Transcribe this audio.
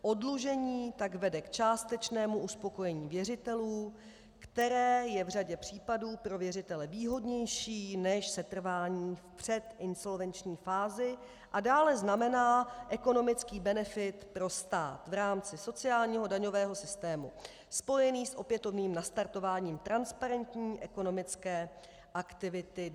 Oddlužení tak vede k částečnému uspokojení věřitelů, které je v řadě případů pro věřitele výhodnější než setrvání v předinsolvenční fázi, a dále znamená ekonomický benefit pro stát v rámci sociálního daňového systému spojený s opětovným nastartováním transparentní ekonomické aktivity dlužníkem.